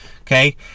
okay